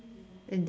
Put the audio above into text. and then